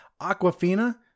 Aquafina